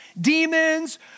demons